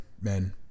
men